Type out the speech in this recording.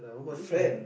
friend